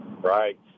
right